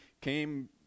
came